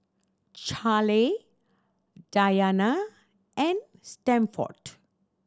Charley Dianna and Stanford